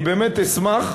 אני באמת אשמח,